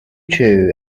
two